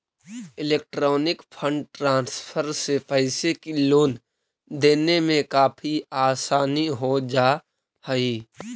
electronic fund transfer से पैसे की लेन देन में काफी आसानी हो जा हई